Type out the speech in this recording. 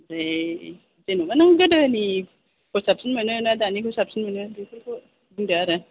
जेनेबा नों गोदोनिखौ साबसिन मोनो ना दानिखौ साबसिन मोनो बेफोरखौ होनदो आरो